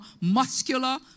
muscular